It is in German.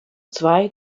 zwei